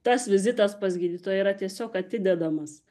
tas vizitas pas gydytoją yra tiesiog atidedamas